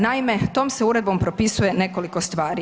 Naime tom se uredbom propisuje nekoliko stvari.